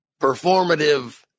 performative